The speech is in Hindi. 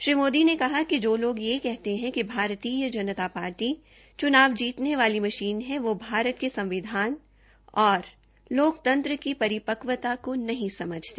श्री मोदी ने कहा कि जो लोग यह कहते है कि भारतीय जनता पार्टी च्नाव जीतने वाली मशीन है वो भारत के संविधान और लोकतंत्र की परिवक्तता को नहीं समझते